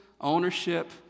ownership